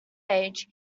age